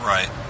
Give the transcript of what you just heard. Right